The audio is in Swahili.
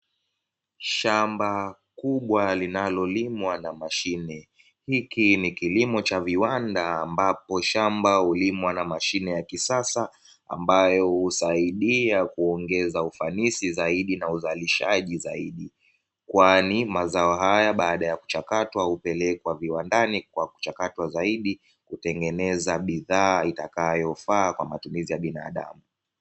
Shamba kubwa linalolimwa na mashine, hiki ni kilimo cha viwanda ambapo shamba hulimwa na mashine ya kisasa ambayo husaidia kuongeza ufanisi zaidi na uzalishaji zaidi. Kwani mazao haya baada ya kuchakatwa hupelekwa viwandani kwa kuchakatwa zaidi kutengeneza bidhaa itakayofaa kwa matumizi ya binadamu.